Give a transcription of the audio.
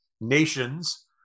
nations